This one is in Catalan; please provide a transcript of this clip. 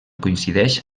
coincideix